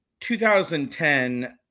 2010